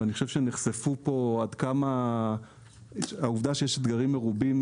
ואני חושב שנחשפו פה עד כמה העובדה שיש אתגרים מרובים